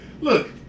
Look